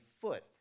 foot